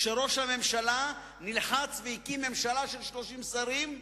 כשראש הממשלה נלחץ, והקים ממשלה של 30 שרים,